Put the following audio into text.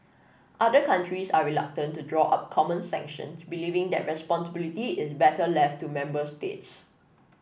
other countries are reluctant to draw up common sanctions believing that responsibility is better left to member states